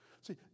See